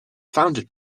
founded